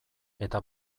eta